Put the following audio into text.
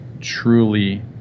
truly